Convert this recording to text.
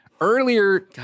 Earlier